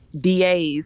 DAs